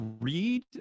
read